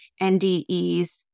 NDEs